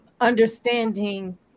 understanding